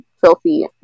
filthy